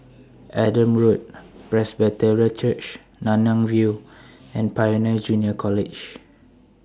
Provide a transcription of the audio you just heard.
Adam Road Presbyterian Church Nanyang View and Pioneer Junior College